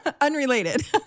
Unrelated